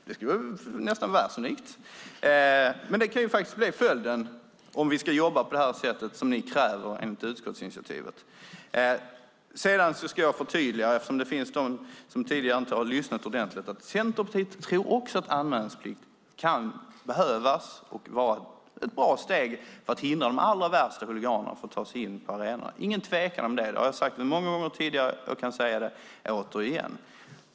Det skulle vara nästan världsunikt, men det kan faktiskt bli följden om vi ska jobba på det sätt som ni kräver enligt utskottsinitiativet. Eftersom de finns de som tidigare inte har lyssnat ordentligt ska jag förtydliga att också Centerpartiet tror att anmälningsplikt kan behövas och vara ett bra steg för att hindra de allra värsta huliganerna från att ta sig in på arenorna. Det är ingen tvekan om det. Det har jag sagt många gånger tidigare, och jag kan säga det återigen.